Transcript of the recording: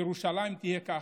ירושלים תהיה כך.